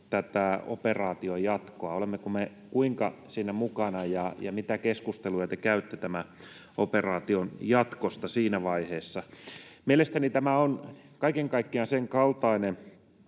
tätä operaation jatkoa: olemmeko me kuinka siinä mukana, ja mitä keskusteluja te käytte tämä operaation jatkosta siinä vaiheessa? Mielestäni tämä on kaiken kaikkiaan senkaltainen